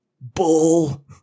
Bull